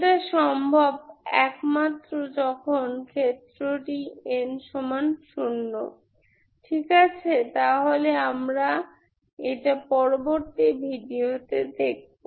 সেটা সম্ভব একমাত্র যখন ক্ষেত্রটি n0 ঠিক আছে তাহলে আমরা এটা পরবর্তী ভিডিওতে দেখব